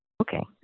okay